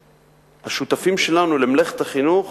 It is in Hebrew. והשותפים שלנו למלאכת החינוך